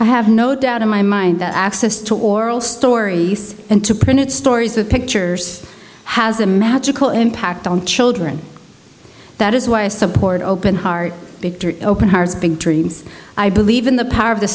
i have no doubt in my mind that access to oral stories and to printed stories with pictures has a magical impact on children that is why i support open heart big open hearts big dreams i believe in the power of the